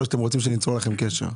או שאתם רוצים שניצור קשר עבורכם?